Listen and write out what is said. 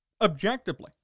objectively